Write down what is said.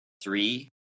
three